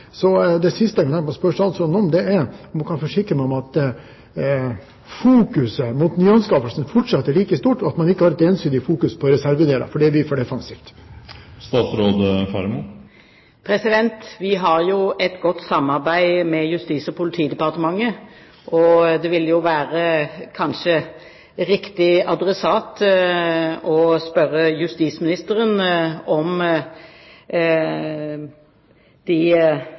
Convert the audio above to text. Det siste jeg kunne tenke meg å spørre statsråden om, er om hun kan forsikre meg om at fokuset mot nyanskaffelser fortsatt er like stort, og at man ikke har et ensidig fokus på reservedeler, for det blir for defensivt. Vi har et godt samarbeid med Justis- og politidepartementet, og det vil kanskje være riktig adressat å spørre justisministeren om